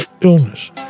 illness